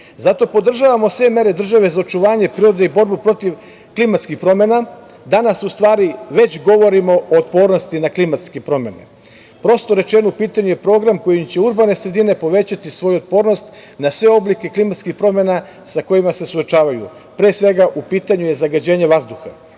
podržavamo sve mere države za očuvanje prirode i borbu protiv klimatskih promena. Danas u stvari već govorimo o otpornosti na klimatske promene. Prosto rečeno, u pitanju je program kojim će urbane sredine povećati svoju otpornost na sve oblike klimatskih promena sa kojima se suočavaju. Pre svega, u pitanju je zagađenje vazduha.Za